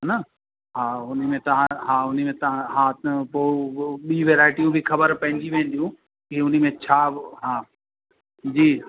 हेन हा हुन में तव्हां हा हुन में तव्हां हा त पोइ हू ॿीं वैराइटियूं बि ख़बर पेईजी वेंदियूं कि हुन में छा हा जी